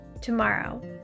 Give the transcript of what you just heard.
tomorrow